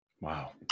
Wow